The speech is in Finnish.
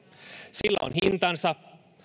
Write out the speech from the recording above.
sillä on hintansa